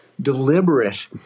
deliberate